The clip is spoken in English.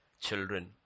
children